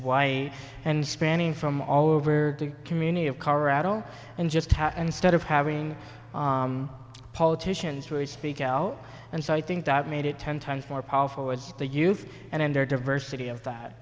why and spanning from all over to community of colorado and just instead of having politicians really speak out and so i think that made it ten times more powerful as a youth and our diversity of that